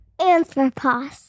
Anthropos